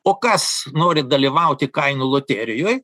o kas nori dalyvauti kainų loterijoj